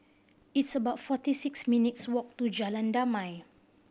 it's about forty six minutes' walk to Jalan Damai